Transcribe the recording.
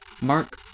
Mark